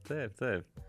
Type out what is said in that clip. taip taip